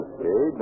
Okay